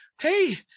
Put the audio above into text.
hey